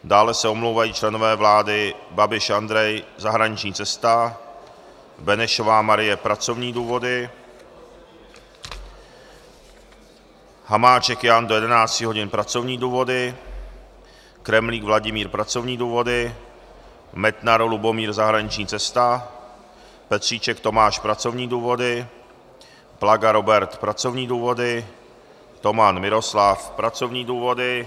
Dále se omlouvají členové vlády: Babiš Andrej zahraniční cesta, Benešová Marie pracovní důvody, Hamáček Jan do 11 hodin pracovní důvody, Kremlík Vladimír pracovní důvody, Metnar Lubomír zahraniční cesta, Petříček Tomáš pracovní důvody, Plaga Robert pracovní důvody, Toman Miroslav pracovní důvody.